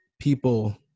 people